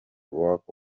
walk